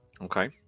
okay